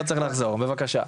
בבקשה.